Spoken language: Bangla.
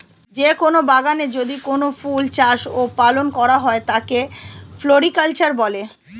যে কোন বাগানে যদি কোনো ফুল চাষ ও পালন করা হয় তাকে ফ্লোরিকালচার বলে